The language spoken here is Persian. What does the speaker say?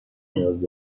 نیاز